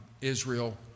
Israel